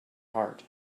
heart